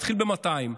נתחיל ב-200 מיליון.